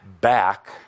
back –